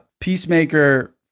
Peacemaker